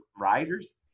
riders